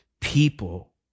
people